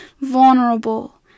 vulnerable